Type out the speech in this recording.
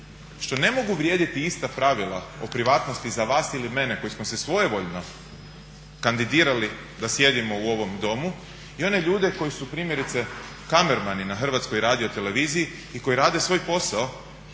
što ne mogu vrijediti ista pravila o privatnosti za vas ili mene koji smo se svojevoljno kandidirali da sjedimo u ovom Domu i one ljude koji su primjerice kamermani na Hrvatskoj radioteleviziji i koji rade svoj posao